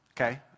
Okay